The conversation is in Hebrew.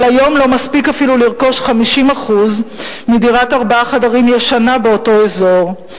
אבל היום לא מספיק אפילו לרכוש 50% מדירת ארבעה חדרים ישנה באותו אזור.